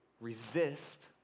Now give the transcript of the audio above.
Resist